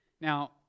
Now